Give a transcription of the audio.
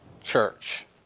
church